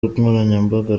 nkoranyambaga